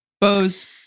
Bose